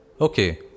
Okay